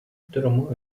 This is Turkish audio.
durumu